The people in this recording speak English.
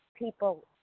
People